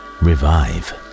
revive